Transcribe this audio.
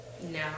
No